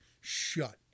shut